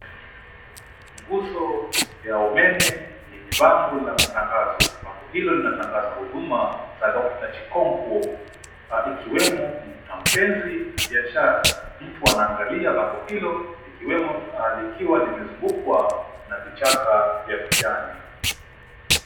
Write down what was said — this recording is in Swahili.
Nguzo la umeme lenye bango la matangazo. Bango hilo linatangaza huduma za Dr. Chikonko na ikiwemo kumvuta mpenzi na biashara. Mtu anaangalia bango hilo likiwa limezukwa na vichaka vya kijani.